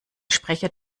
sprecher